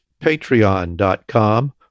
patreon.com